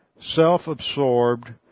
Self-absorbed